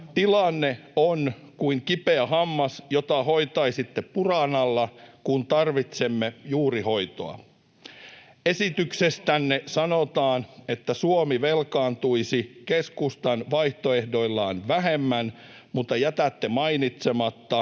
Tilanne on kuin kipeä hammas, jota hoitaisitte Buranalla, kun tarvitsemme juurihoitoa. Esityksestänne sanotaan, että Suomi velkaantuisi keskustan vaihtoehdolla vähemmän, mutta jätätte mainitsematta,